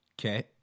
Okay